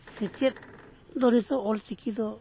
ᱥᱮᱪᱮᱫ ᱫᱚ ᱱᱤᱛᱳᱜ ᱚᱞᱪᱤᱠᱤ ᱫᱚ